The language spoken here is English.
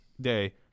day